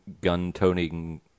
gun-toning